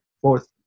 fourth